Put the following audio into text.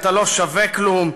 אתה לא שווה כלום.